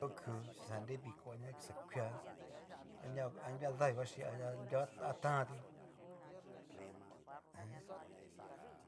To ku chíxanre viko ka na xa kuia aña anria davii vexi anria a tán'tu.